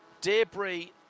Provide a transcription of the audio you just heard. debris